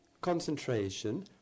concentration